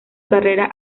carrera